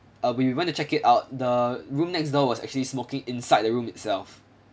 uh we we went to check it out the room next door was actually smoking inside the room itself